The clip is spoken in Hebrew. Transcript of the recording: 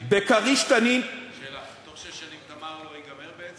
ב"כריש" "תנין" שאלה: בתוך שש שנים "תמר" לא ייגמר?